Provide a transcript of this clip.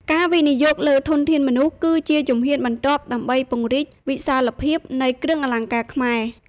ការវិនិយោគលើធនធានមនុស្ស គឺជាជំហានបន្ទាប់ដើម្បីពង្រីកវិសាលភាពនៃគ្រឿងអលង្ការខ្មែរ។